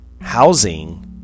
housing